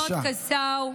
היימנוט קסאו,